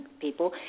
people